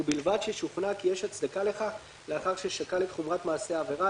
ובלבד ששוכנע כי יש הצדקה לכך לאחר ששקל את חומרת מעשה העבירה,